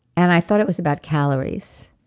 and i thought it was about calories.